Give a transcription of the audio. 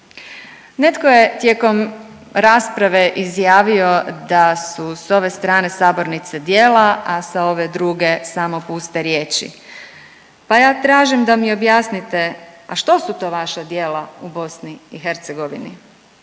Netko je tijekom rasprave izjavio da su s ove strane sabornice djela, a sa ove druge samo puste riječi, pa ja tražim da mi objasnite, a što su to vaša djela u BiH jer